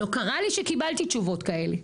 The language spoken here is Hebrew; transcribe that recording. לא קרה לי שקיבלתי תשובות כאלה,